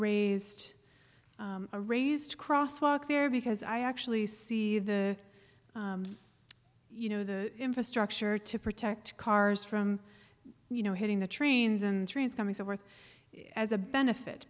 raised a raised crosswalk there because i actually see the you know the infrastructure to protect cars from you know hitting the trains and transforming so forth as a benefit